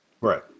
Right